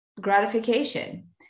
gratification